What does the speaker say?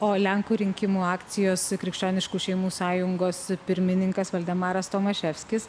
o lenkų rinkimų akcijos krikščioniškų šeimų sąjungos pirmininkas valdemaras tomaševskis